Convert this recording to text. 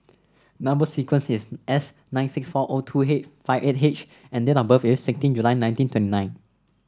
number sequence is S nine six four O two H five eight H and date of birth is sixteen July nineteen twenty nine